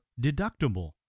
deductible